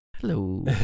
Hello